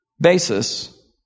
basis